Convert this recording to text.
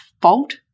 fault